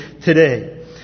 today